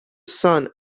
sun